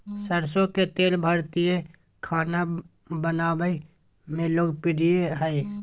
सरसो के तेल भारतीय खाना बनावय मे लोकप्रिय हइ